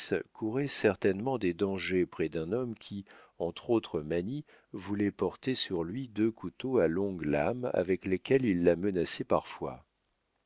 courait certainement des dangers près d'un homme qui entre autres manies voulait porter sur lui deux couteaux à longue lame avec lesquels il la menaçait parfois